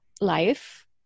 life